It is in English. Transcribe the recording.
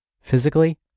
physically